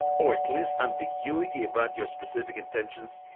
or at least ambiguity about your specific intentions,